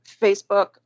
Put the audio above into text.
Facebook